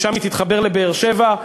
משם היא תתחבר לבאר-שבע.